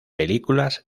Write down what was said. películas